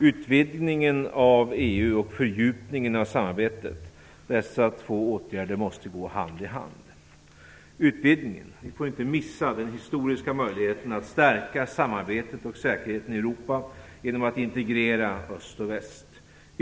Utvidgningen av EU och fördjupningen av samarbetet är två åtgärder som måste gå hand i hand. Utvidgningen: Vi får inte missa den historiska möjligheten att stärka samarbetet och säkerheten i Europa genom att integrera öst och väst.